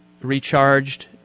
recharged